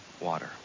water